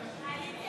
המדינה